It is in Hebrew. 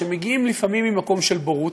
שמגיעים לפעמים ממקום של בורות,